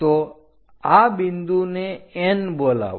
તો અ બિંદુને N બોલાવો